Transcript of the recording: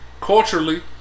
culturally